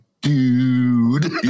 dude